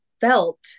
felt